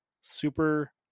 super